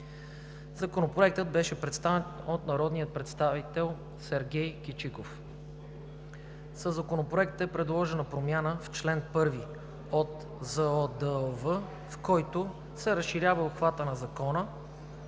Законопроектът беше представен от народния представител Сергей Кичиков. Със Законопроекта е предложена промяна в чл. 1 от ЗОДОВ, с която се разширява обхватът на Закона,